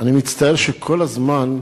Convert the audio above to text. אני מצטער שכל הזמן,